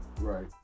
right